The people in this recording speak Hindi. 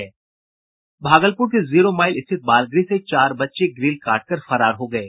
भागलपुर के जीरो माईल स्थित बाल गृह से चार बच्चे ग्रिल काटकर फरार हो गये